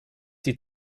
die